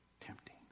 tempting